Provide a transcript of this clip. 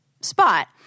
spot